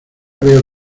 veo